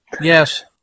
yes